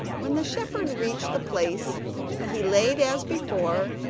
when the shepherd reached the place he laid, as before,